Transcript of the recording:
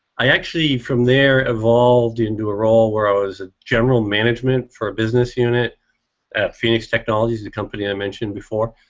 i actually from there evolved into a role where i was a general management for business unit at phoenix technologies, the company i mentioned before.